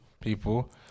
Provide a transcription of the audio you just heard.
people